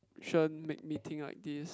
Shen made me think like this